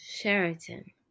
Sheraton